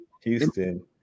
Houston